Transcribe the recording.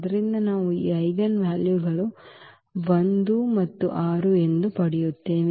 ಆದ್ದರಿಂದ ನಾವು ಈ ಐಜೆನ್ ವ್ಯಾಲ್ಯೂಗಳನ್ನು 1 ಮತ್ತು 6 ಎಂದು ಪಡೆಯುತ್ತೇವೆ